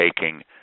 taking